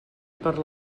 per